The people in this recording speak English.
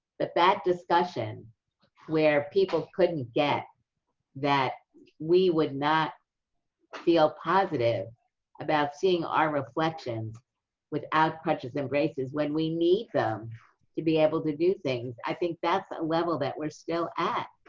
that that discussion where people couldn't get that we would not feel positive about seeing our reflections without crutches and braces, when we need them to be able to do things, i think that's a level that we're still at.